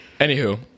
Anywho